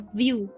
view